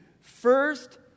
First